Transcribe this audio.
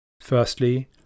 Firstly